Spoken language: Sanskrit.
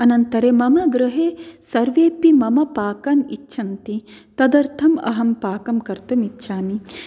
अनन्तरं मम गृहे सर्वेऽपि मम पाकम् इच्छन्ति तदर्थम् अहं पाकं कर्तुम् इच्छामि